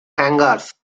hangars